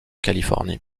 californie